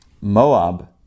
Moab